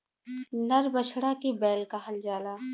नर बछड़ा के बैल कहल जाला